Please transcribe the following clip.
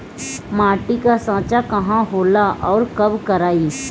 माटी क जांच कहाँ होला अउर कब कराई?